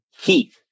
Keith